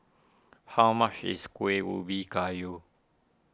how much is Kueh Ubi Kayu